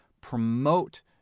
promote